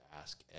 ask